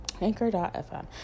Anchor.fm